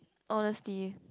honesty